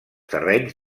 terrenys